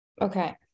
Okay